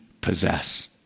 possess